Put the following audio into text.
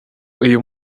uyu